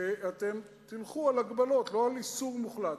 שאתם תלכו על הגבלות, ולא על איסור מוחלט.